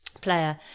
player